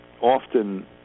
often